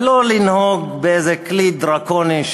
ולא לנהוג בכלי דרקוני,